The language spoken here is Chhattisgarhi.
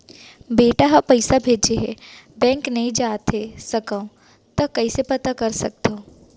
बेटा ह पइसा भेजे हे बैंक नई जाथे सकंव त कइसे पता कर सकथव?